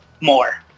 more